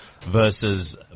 Versus